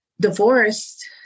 divorced